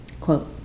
Quote